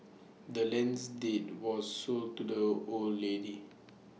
the land's deed was sold to the old lady